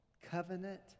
Covenant